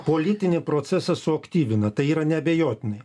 politinį procesą suaktyvina tai yra neabejotinai